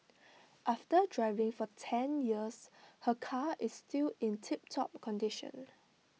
after driving for ten years her car is still in tiptop condition